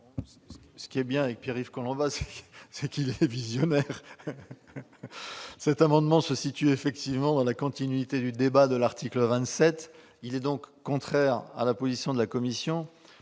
Ce qui est bien avec Pierre-Yves Collombat, c'est que c'est un visionnaire ! Cet amendement se situe en effet dans la continuité du débat sur l'article 27. Il est contraire à la position de la commission.